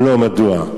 3. אם לא, מדוע?